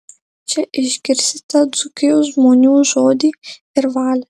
čia išgirsite dzūkijos žmonių žodį ir valią